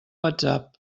whatsapp